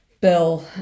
bill